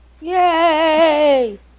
Yay